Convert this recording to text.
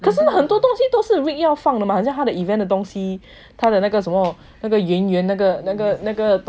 可是很多东西都是 vick 要放的吗很像他的 event 的东西他的那个什么那个圆圆那个那个那个东西